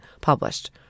published